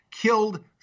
killed